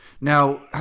Now